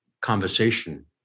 conversation